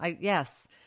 Yes